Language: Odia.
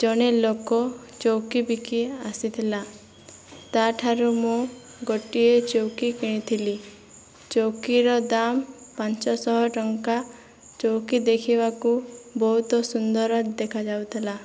ଜଣେ ଲୋକ ଚଉକି ବିକି ଆସିଥିଲା ତା'ଠାରୁ ମୁଁ ଗୋଟିଏ ଚଉକି କିଣିଥିଲି ଚଉକିର ଦାମ୍ ପାଞ୍ଚଶହ ଟଙ୍କା ଚଉକି ଦେଖିବାକୁ ବହୁତ ସୁନ୍ଦର ଦେଖାଯାଉଥିଲା